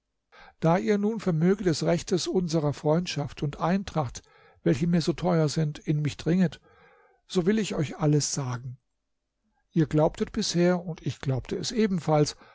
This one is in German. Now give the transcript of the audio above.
da ihr nun vermöge des rechtes unserer freundschaft und eintracht welche mir so teuer sind in mich dringet so will ich euch alles sagen ihr glaubtet bisher und ich glaubte es ebenfalls